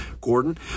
Gordon